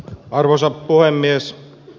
arvoisa puhemies